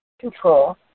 control